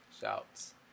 Shouts